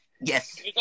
Yes